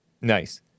Nice